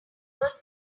work